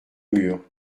mur